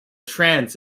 trans